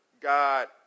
God